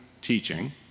teaching